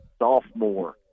sophomore